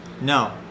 No